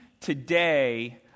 today